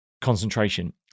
concentration